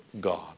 God